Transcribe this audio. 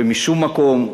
ומשום מקום,